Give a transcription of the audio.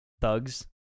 thugs